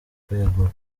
kwegura